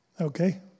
Okay